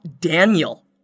Daniel